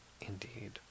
Indeed